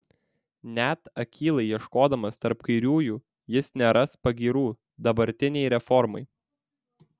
net akylai ieškodamas tarp kairiųjų jis neras pagyrų dabartinei reformai